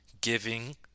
giving